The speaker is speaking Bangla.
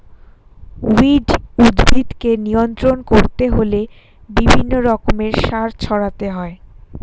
উইড উদ্ভিদকে নিয়ন্ত্রণ করতে হলে বিভিন্ন রকমের সার ছড়াতে হয়